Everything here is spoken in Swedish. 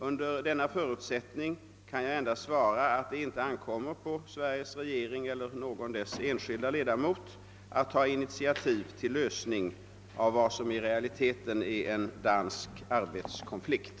Under denna förutsättning kan jag endast svara att det inte ankommer på Sveriges regering eller någon dess enskilda ledamot att ta initiativ till lösning av vad som i realiteten är en dansk arbetskonflikt.